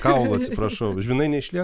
kaulų atsiprašau žvynai neišlie